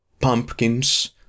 pumpkins